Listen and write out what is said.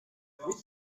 trente